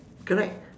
correct